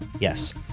Yes